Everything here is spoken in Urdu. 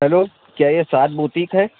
ہیلو کیا یہ سعد بوتیک ہے